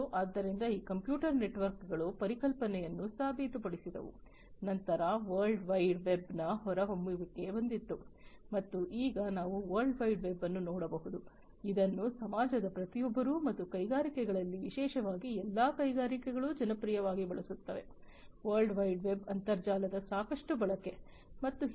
ಆದ್ದರಿಂದ ಈ ಕಂಪ್ಯೂಟರ್ ನೆಟ್ವರ್ಕ್ಗಳು ಪರಿಕಲ್ಪನೆಯನ್ನು ಸಾಬೀತುಪಡಿಸಿದವು ನಂತರ ವರ್ಲ್ಡ್ ವೈಡ್ ವೆಬ್ನ ಹೊರಹೊಮ್ಮುವಿಕೆ ಬಂದಿತು ಮತ್ತು ಈಗ ನಾವು ವರ್ಲ್ಡ್ ವೈಡ್ ವೆಬ್ ಅನ್ನು ನೋಡಬಹುದು ಇದನ್ನು ಸಮಾಜದ ಪ್ರತಿಯೊಬ್ಬರೂ ಮತ್ತು ಕೈಗಾರಿಕೆಗಳಲ್ಲಿ ವಿಶೇಷವಾಗಿ ಎಲ್ಲಾ ಕೈಗಾರಿಕೆಗಳು ಜನಪ್ರಿಯವಾಗಿ ಬಳಸುತ್ತವೆ ವರ್ಲ್ಡ್ ವೈಡ್ ವೆಬ್ನ ಅಂತರ್ಜಾಲದ ಸಾಕಷ್ಟು ಬಳಕೆ ಮತ್ತು ಹೀಗೆ